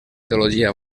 teologia